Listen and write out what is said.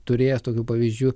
turėjęs tokių pavyzdžių